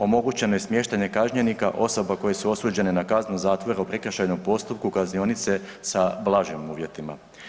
Omogućeno je smještanje kažnjenika, osoba koje su osuđene na kaznu zatvora u prekršajnom postupku kaznionice sa blažim uvjetima.